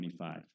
25